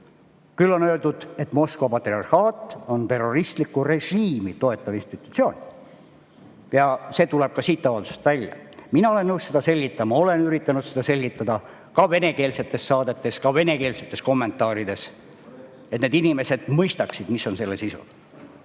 Küll on öeldud, et Moskva patriarhaat on terroristlikku režiimi toetav institutsioon. See tuleb ka siit avaldusest välja. Mina olen nõus seda selgitama, olen üritanud seda selgitada ka venekeelsetes saadetes, ka venekeelsetes kommentaarides, et need inimesed mõistaksid, mis on selle